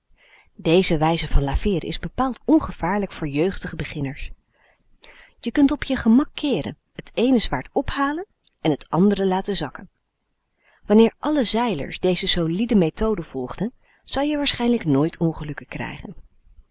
deze wijze van laveeren is bepaald ongevaarlijk voor jeugdige beginners je kunt op je gemak keeren t eene zwaard ophalen en t andre laten zakken wanneer alle zeilers deze solide methode volgden zou je waarschijnlijk nooit ongelukken krijgen